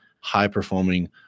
high-performing